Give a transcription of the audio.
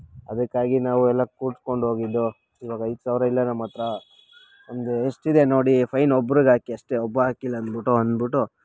ಅದಕ್ಕಾಗಿ ನಾವು ಎಲ್ಲ ಕೂರಿಸ್ಕೊಂಡು ಹೋಗಿದ್ದು ಇವಾಗ ಐದು ಸಾವಿರ ಇಲ್ಲ ನಮ್ಮ ಹತ್ರ ಒಂದು ಎಷ್ಟಿದೆ ನೋಡಿ ಫೈನು ಒಬ್ಬರಿಗೆ ಹಾಕಿ ಅಷ್ಟೇ ಒಬ್ಬ ಹಾಕಿಲ್ಲ ಅಂದ್ಬಿಟ್ಟು ಅಂದ್ಬಿಟ್ಟು